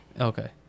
Okay